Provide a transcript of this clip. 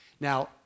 Now